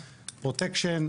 פרוטקשן,